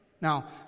Now